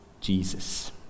Jesus